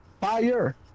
Fire